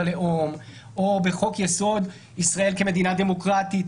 הלאום או בחוק-יסוד: ישראל כמדינה דמוקרטית,